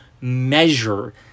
measure